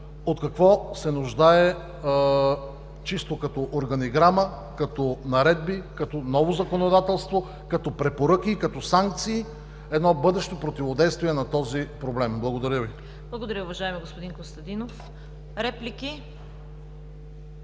от какво се нуждае чисто като органиграма, като наредби, като ново законодателство, като препоръки и като санкции едно бъдещо противодействие на този проблем. Благодаря Ви. ПРЕДСЕДАТЕЛ ЦВЕТА КАРАЯНЧЕВА: Благодаря, уважаеми господин Костадинов. Реплики?